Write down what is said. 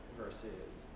versus